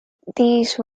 these